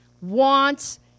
wants